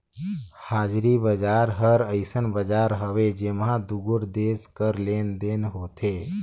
हाजरी बजार हर अइसन बजार हवे जेम्हां दुगोट देस कर लेन देन होथे